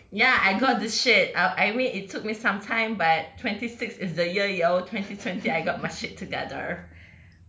ya I got this shit ah I mean it took me some time but twenty six is the year yo twenty twenty I got my shit together